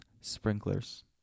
sprinklers